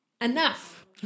Enough